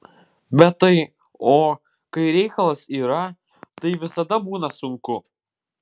bet tai o kai reikalas yra tai visada būna sunku